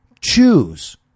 choose